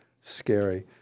scary